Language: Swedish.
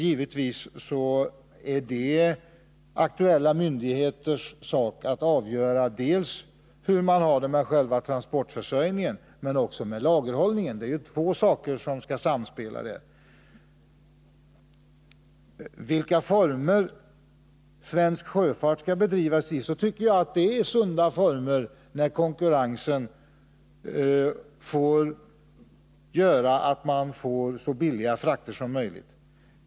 Givetvis är det de berörda myndigheternas sak att avgöra hur man har det med transportförsörjningen, men också med lagerhållningen. Det är två saker som skall samspela. Beträffande de former svensk sjöfart skall bedrivas i tycker jag att det är sunda former när konkurrensen gör att vi får så billiga frakter som möjligt.